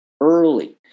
early